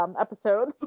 episode